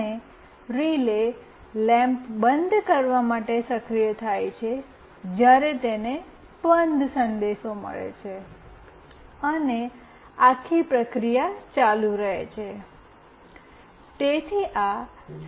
અને relay lamp બંધ કરવા માટે સક્રિય થાય છે જ્યારે તેને બંધ સંદેશ મળે છે અને આખી પ્રક્રિયા ચાલુ રહે છે